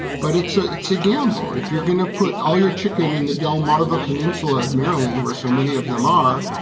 but it's a it's a gamble. if you're going to put all your chicken in the delmarva peninsula, maryland, where so many of them are,